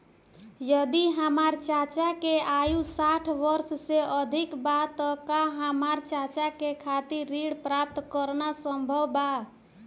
यदि हमार चाचा के आयु साठ वर्ष से अधिक बा त का हमार चाचा के खातिर ऋण प्राप्त करना संभव बा?